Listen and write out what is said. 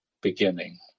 beginning